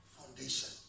foundation